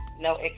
No